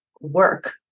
work